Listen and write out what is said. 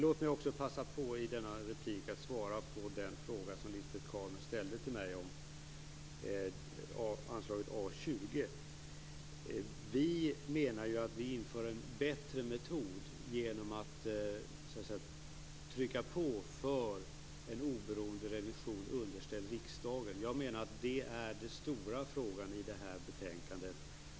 Låt mig också i denna replik passa på att svara på den fråga som Lisbet Calner ställde till mig om anslaget A 20. Vi menar att vi inför en bättre metod genom att trycka på för en oberoende revision underställd riksdagen. Jag menar att det är den stora frågan i det här betänkandet.